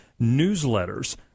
newsletters